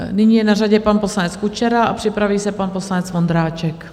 Nyní je na řadě pan poslanec Kučera a připraví se pan poslanec Vondráček.